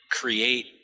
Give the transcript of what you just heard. create